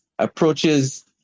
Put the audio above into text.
approaches